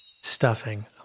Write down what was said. stuffing